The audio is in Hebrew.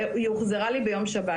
והיא הוחזרה ביום שבת.